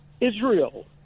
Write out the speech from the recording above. Israel